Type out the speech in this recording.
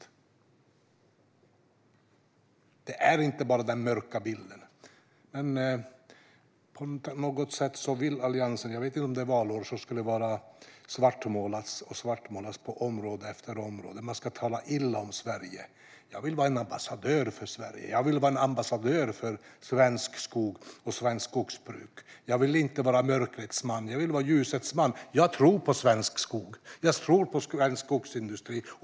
Bilden är inte bara mörk. Men på något sätt vill Alliansen svartmåla på område efter område. Jag vet inte om det beror på att det är valår. Man ska tydligen tala illa om Sverige. Själv vill jag vara en ambassadör för Sverige och för svensk skog och svenskt skogsbruk. Jag vill inte vara en mörkrets man; jag vill vara en ljusets man. Jag tror på svensk skog och svensk skogsindustri.